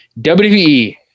WWE